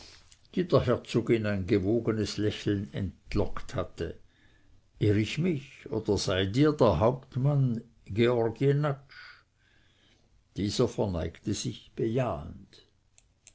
der herzogin ein gewogenes lächeln entlockt hatte irr ich mich oder seid ihr der hauptmann georg jenatsch dieser verneigte sich bejahend